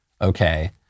Okay